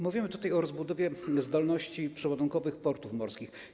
Mówimy tutaj o rozbudowie zdolności przeładunkowych portów morskich.